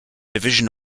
division